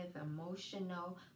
emotional